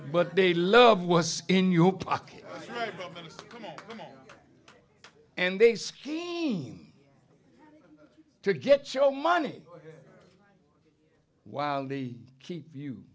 but they love was in your pocket and they scheme to get show money while they keep